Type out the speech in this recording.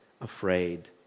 afraid